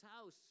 house